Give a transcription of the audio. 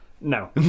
no